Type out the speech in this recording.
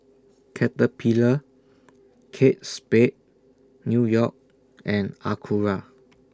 Caterpillar Kate Spade New York and Acura